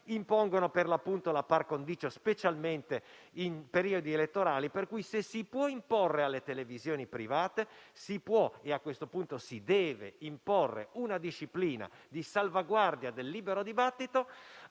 impongono, per l'appunto, la *par condicio* specialmente in periodi elettorali. Quindi, se si può imporre alle televisioni private, si può - e a questo punto si deve - imporre una disciplina di salvaguardia del libero dibattito